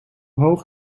hoog